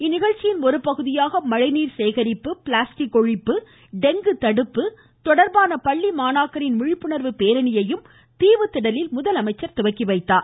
இந்நிகழ்ச்சியின் ஒருபகுதியாக மழைநீர் சேகரிப்பு பிளாஸ்டிக் ஒழிப்பு டெங்கு தடுப்பு தொடர்பான பள்ளி மாணாக்கரின் விழிப்புணர்வு பேரணியையும் தீவுத்திடலில் முதலமைச்சர் தொடங்கி வைத்தார்